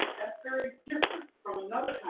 that's very different from another kind